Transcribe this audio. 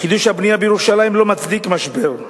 חידוש הבנייה בירושלים לא מצדיק משבר,